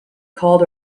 called